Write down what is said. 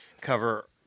cover